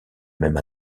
même